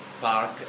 park